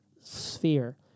sphere